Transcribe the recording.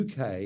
UK